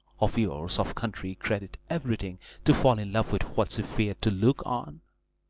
of years, of country, credit, everything to fall in love with what she fear'd to look on!